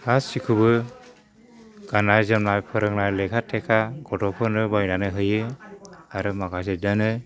गासिखौबो गाननाय जोमनाय फोरोंनाय लेखा थेखा गथ'फोरनो बायनानै होयो आरो माखासे दोनो